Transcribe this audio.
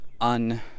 Un